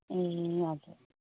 ए हजुर